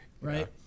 right